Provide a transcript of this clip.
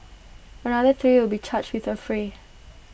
another three will be charged with affray